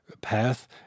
path